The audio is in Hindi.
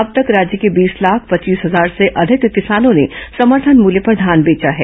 अब तक राज्य के बीस लाख पच्चीस हजार से अधिक किसानों ने समर्थन मूल्य पर धान बेचा है